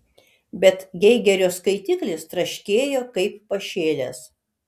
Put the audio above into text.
bet geigerio skaitiklis traškėjo kaip pašėlęs